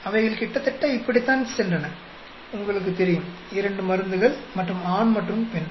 அவைகள் கிட்டத்தட்ட இப்படித்தான் சென்றன உங்களுக்கு தெரியும் இரண்டு மருந்துகள் மற்றும் ஆண் மற்றும் பெண்